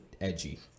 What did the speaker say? edgy